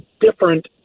different